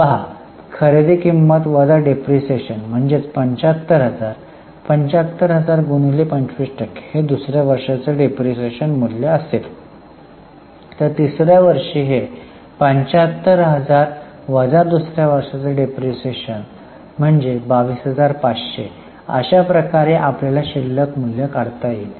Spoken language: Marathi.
पहा खरेदी किंमत वजा डिप्रीशीएशन म्हणजेच 75000 75000 गुणिले 25 हे दुसऱ्या वर्षाचे डिप्रीशीएशन मूल्य असेल तर तिसऱ्या वर्षी हे 75 हजार वजा दुसऱ्या वर्षाचा डिप्रीशीएशन म्हणजे 22500 अशाप्रकारे आपल्याला शिल्लक मूल्य काढता येईल